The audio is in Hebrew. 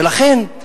ולכן,